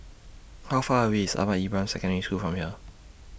How Far away IS Ahmad Ibrahim Secondary School from here